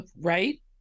right